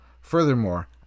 Furthermore